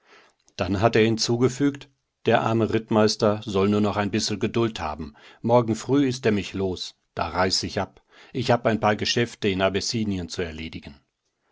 dann hat er hinzugefügt der arme rittmeister soll nur noch ein bissel geduld haben morgen früh ist er mich los da reis ich ab ich hab ein paar geschäfte in abessinien zu erledigen